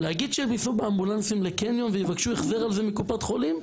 להגיד שהם ייסעו באמבולנסים לקניון ויבקשו החזר על זה מקופת חולים?